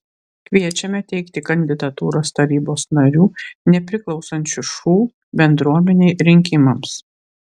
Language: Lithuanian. kviečiame teikti kandidatūras tarybos narių nepriklausančių šu bendruomenei rinkimams